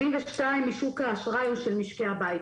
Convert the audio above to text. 72 משוק האשראי הוא של משקי הבית.